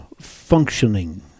functioning